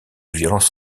violence